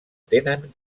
tenen